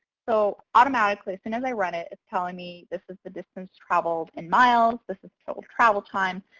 so automatically as soon as i run it, it's telling me this is the distance traveled in miles. this is total travel time.